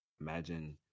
Imagine